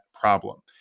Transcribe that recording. problem